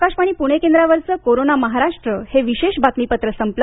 आकाशवाणी पुणे केंद्रावरचं कोरोना महाराष्ट्र हे विशेष बातमीपत्र संपलं